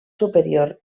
superior